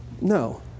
no